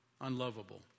unlovable